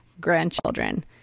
grandchildren